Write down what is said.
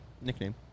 nickname